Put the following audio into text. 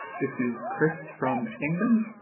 this is chris from england.